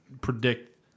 predict